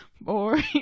Boring